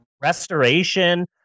Restoration